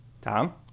Tom